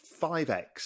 5x